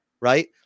right